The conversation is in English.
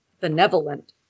benevolent